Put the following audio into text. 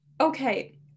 okay